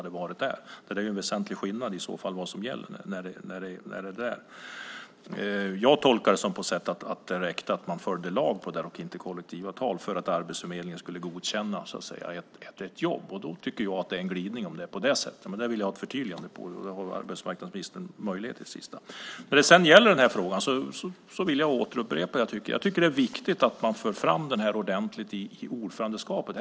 Det är ju en väsentlig skillnad i så fall i fråga om vad som gäller. Jag tolkade det som att det räckte med att man följde lagen och inte kollektivavtal för att Arbetsförmedlingen skulle godkänna ett jobb. Då tycker jag att det är en glidning, om det är på det sättet. Men där vill jag ha ett förtydligande. Och det har arbetsmarknadsministern möjlighet att ge i det sista inlägget. När det sedan gäller den här frågan vill jag upprepa vad jag tycker. Jag tycker att det är viktigt att man för fram det här ordentligt i ordförandeskapet.